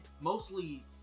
mostly